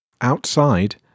Outside